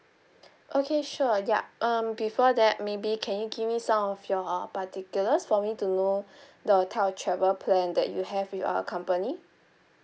okay sure ya um before that maybe can you give me some of your particulars for me to know the type travel plan that you have with our company